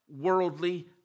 worldly